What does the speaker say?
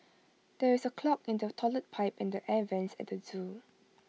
there is A clog in the Toilet Pipe and the air Vents at the Zoo